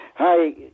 Hi